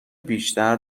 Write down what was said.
بیشتر